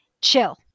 chill